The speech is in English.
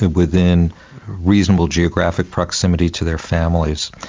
within reasonable geographic proximity to their families.